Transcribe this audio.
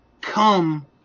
come